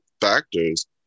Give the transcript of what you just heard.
factors